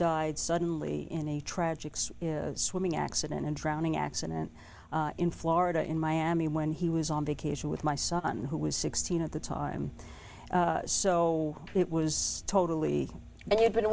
died suddenly in a tragic swimming accident and drowning accident in florida in miami when he was on vacation with my son who was sixteen at the top i'm so it was totally and you've been